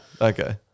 Okay